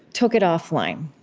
took it offline.